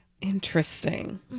Interesting